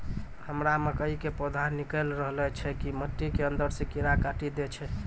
हमरा मकई के पौधा निकैल रहल छै मिट्टी के अंदरे से कीड़ा काटी दै छै?